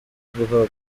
guhabwa